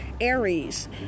Aries